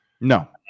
no